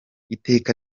iteka